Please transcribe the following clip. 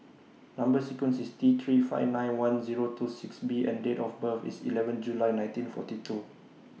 Number sequence IS T three five nine one Zero two six B and Date of birth IS eleven July nineteen forty two